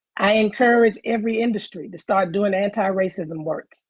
i encourage every industry to start doing antiracism work,